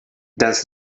does